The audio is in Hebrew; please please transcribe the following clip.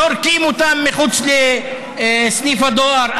זורקים אותם מחוץ לסניף הדואר.